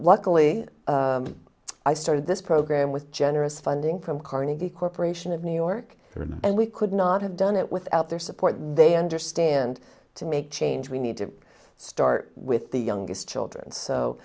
luckily i started this program with generous funding from carnegie corporation of new york and we could not have done it without their support and they understand to make change we need to start with the youngest children so